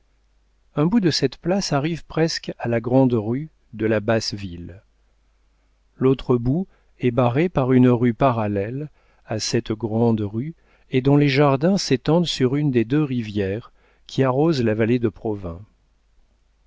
un bout de cette place arrive presque à la grande rue de la basse ville l'autre bout est barré par une rue parallèle à cette grande rue et dont les jardins s'étendent sur une des deux rivières qui arrosent la vallée de provins